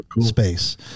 space